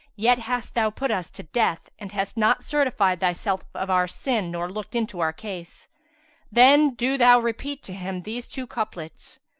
yet hast thou put us to death and hast not certified thyself of our sin nor looked into our case then do thou repeat to him these two couplets,